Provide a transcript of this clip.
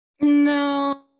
No